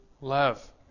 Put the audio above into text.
love